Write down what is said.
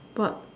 but